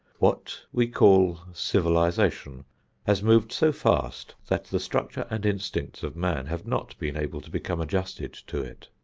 what we call civilization has moved so fast that the structure and instincts of man have not been able to become adjusted to it.